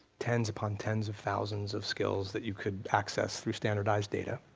tens upon tens of thousands of skills that you could access through standardized data.